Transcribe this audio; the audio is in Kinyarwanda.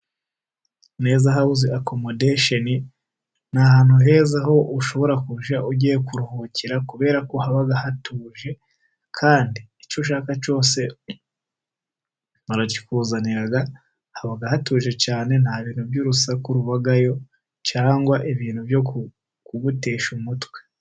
Neza hawuzi akomondesheni ni ahantu heza, ushobora kujya ugiye kuruhukira kubera ko haba hatuje, kandi icyo ushaka cyose barakikuzanira, haba hatuje cyane nta bintu by'urusaku bibayo, cyangwa ibintu byo kugutesha umutwe.